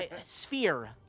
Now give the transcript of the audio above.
sphere